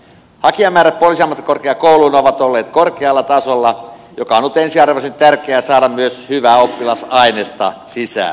hakijamäärät poliisiammattikorkeakouluun ovat olleet korkealla tasolla ja on ollut ensiarvoisen tärkeää saada myös hyvää oppilasaineista sisään